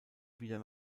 wieder